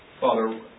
Father